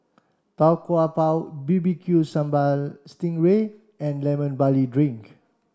Tau Kwa Pau B B Q Sambal Sting Ray and lemon barley drink